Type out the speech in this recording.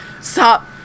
Stop